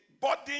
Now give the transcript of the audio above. body